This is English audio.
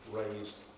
raised